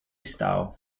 style